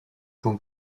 con